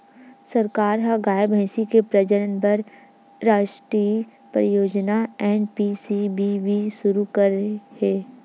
सरकार ह गाय, भइसी के प्रजनन बर रास्टीय परियोजना एन.पी.सी.बी.बी सुरू करे हे